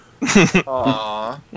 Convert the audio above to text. Aww